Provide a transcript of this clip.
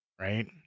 right